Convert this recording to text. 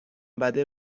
بده